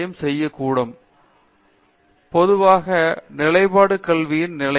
பேராசிரியர் அரிந்தமா சிங் பொதுவாக நிலைப்பாடு கல்வியின் நிலை